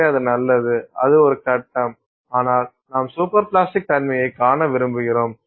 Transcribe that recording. எனவே அது நல்லது அது ஒரு கட்டம் ஆனால் நாம் சூப்பர் பிளாஸ்டிக் தன்மையைக் காண விரும்புகிறோம்